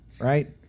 right